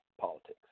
politics